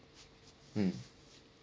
mm